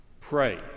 pray